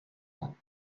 ans